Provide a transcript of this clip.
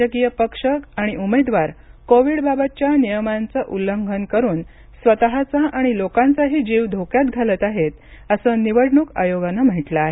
राजकीय पक्ष आणि उमेदवार कोविडबाबतच्या नियमांचं उल्लंघन करुन स्वतःचा आणि लोकांचाही जीव धोक्यात घालत आहेत असं निवडणूक आयोगानं म्हटलं आहे